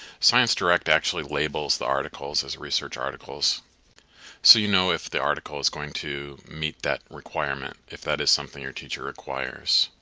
sciencedirect actually labels the articles as research articles so you know if the article is going to meet that requirement if that is something your teacher requires.